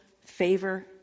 favor